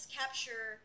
capture